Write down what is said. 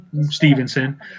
Stevenson